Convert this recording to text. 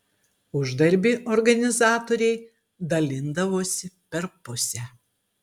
uždarbį organizatoriai dalindavosi per pusę